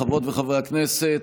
חברות וחברי הכנסת,